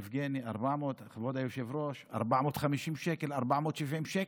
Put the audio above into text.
יבגני, כבוד היושב-ראש, 450 שקל, 470 שקל,